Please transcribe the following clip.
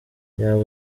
yabo